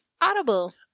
Audible